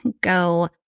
go